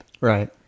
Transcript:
Right